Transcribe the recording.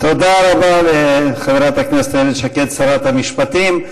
תודה רבה לחברת הכנסת איילת שקד, שרת המשפטים,